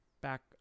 back